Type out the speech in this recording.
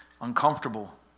uncomfortable